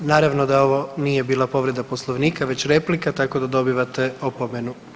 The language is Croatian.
Naravno da ovo nije bila povreda Poslovnika, već replika tako da dobivate opomenu.